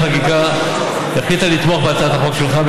חקיקה החליטה לתמוך בהצעת החוק שלך,